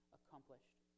accomplished